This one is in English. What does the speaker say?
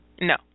No